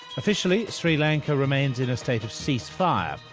officially, sri lanka remains in a state of cease-fire,